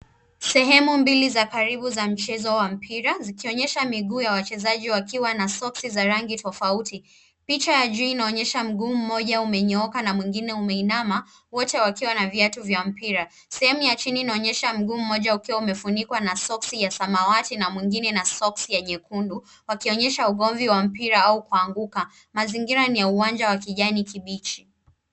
Sehemu mbili za karibu za mchezo wa mpira zikionyesha miguu ya wachezaji wakiwa na soksi za rangi tofauti. Picha ya juu inaonyesha mguu mmoja umenyooka na mwingine umeinama wote wakiwa na viatu vya mpira. Sehemu ya chini inaonyesha mguu mmoja ukiwa umefunikwa na soksi ya samawati na mwingine na soksi ya nyekundu wakionyesha ugomvi wa mpira au kuanguka. Mazingira ni ya uwanja wa kijani kibichi.